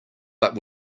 but